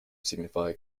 signify